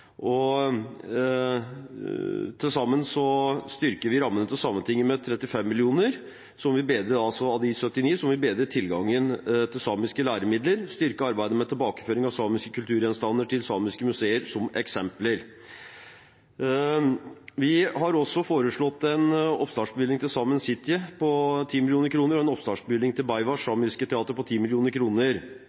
forslag. Til sammen styrker vi rammene til Sametinget med 35 mill. kr – av de 79 mill. kr – som vil bedre tilgangen til samiske læremidler og styrke arbeidet med tilbakeføring av samiske kulturgjenstander til samiske museer, som eksempler. Vi har også foreslått en oppstartsbevilgning til Saemien Sijte på 10 mill. kr og en oppstartsbevilgning til Beaivváš, samisk nasjonalteater, på